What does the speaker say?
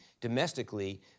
domestically